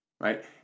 Right